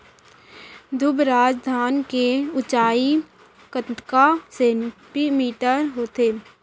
दुबराज धान के ऊँचाई कतका सेमी होथे?